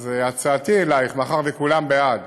אז הצעתי אלייך, מאחר שכולם בעד